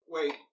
Wait